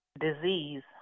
disease